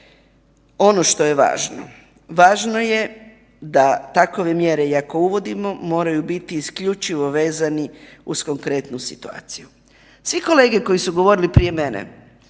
Ono što je važno, važno je da takove mjere i ako uvodimo moraju biti isključivo vezani uz konkretnu situaciju. Svi kolege koji su govorili prije mene,